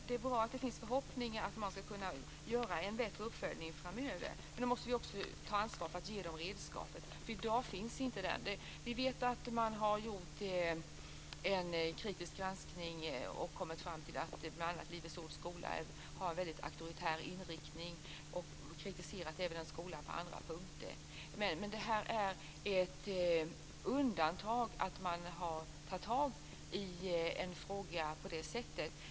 Det är bra att det finns förhoppningar om att man ska kunna göra en bättre uppföljning framöver, men då måste vi också ta ansvar för att ge dem redskapet. I dag finns inte det. Vi vet att man har gjort en kritisk granskning och kommit fram till att bl.a. Livets Ords skola har en väldigt auktoritär inriktning, och man har kritiserat den skolan även på andra punkter. Men det här är ett undantag, att man har tagit tag i en fråga på det sättet.